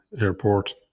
Airport